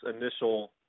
initial